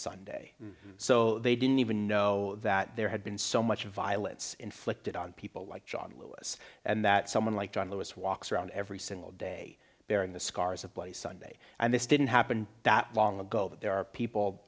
sunday so they didn't even know that there had been so much violence inflicted on people like john lewis and that someone like john lewis walks around every single day bearing the scars of bloody sunday and this didn't happen that long ago that there are people